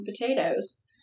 potatoes